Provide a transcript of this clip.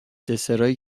دسرایی